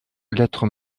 lettre